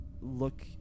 look